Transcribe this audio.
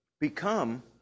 become